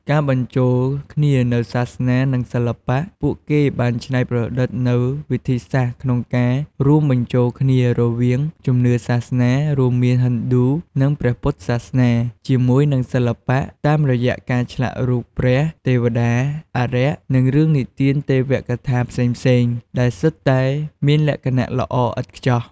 ការបញ្ចូលគ្នានូវសាសនា និងសិល្បៈ ពួកគេបានច្នៃប្រឌិតនូវវិធីសាស្ត្រក្នុងការរួមបញ្ចូលគ្នារវាងជំនឿសាសនា រួមមាន ហិណ្ឌូ និងព្រះពុទ្ធសាសនា ជាមួយនឹងសិល្បៈ តាមរយៈការឆ្លាក់រូបព្រះ ទេវតា អារក្ស និងរឿងនិទានទេវកថាផ្សេងៗ ដែលសុទ្ធតែមានលក្ខណៈល្អឥតខ្ចោះ។